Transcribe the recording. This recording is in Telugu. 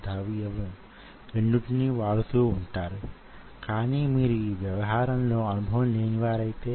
మ్యోసిన్ యొక్క శీర్షములు యిలా ఈ విధంగా కలపబడి వున్నాయి